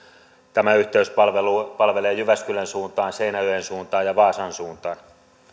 tämä yhteys palvelee palvelee jyväskylän suuntaan seinäjoen suuntaan ja vaasan suuntaan